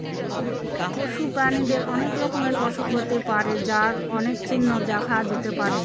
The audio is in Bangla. পশু প্রাণীদের অনেক রকমের অসুখ হতে পারে যার অনেক চিহ্ন দেখা যেতে পারে